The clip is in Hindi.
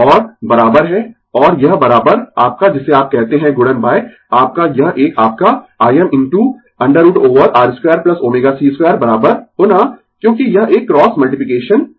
और बराबर है और यह आपका जिसे आप कहते है गुणन आपका यह एक आपका Im into √ over R 2ω c 2 पुनः क्योंकि यह एक क्रॉस मल्टीप्लिकेसन है